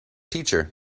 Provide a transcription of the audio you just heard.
teacher